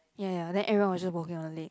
ya ya then everyone was just walking on the lake